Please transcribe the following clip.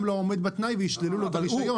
לא עומד בתנאי וישללו ממנו את הרישיון.